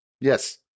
Yes